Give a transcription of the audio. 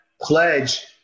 pledge